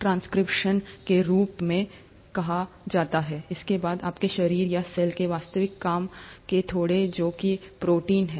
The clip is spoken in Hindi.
ट्रांसक्रिप्शन के रूप में कहा जाता है इसके बाद आपके शरीर या सेल के वास्तविक काम के घोड़े जो कि प्रोटीन है